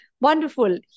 Wonderful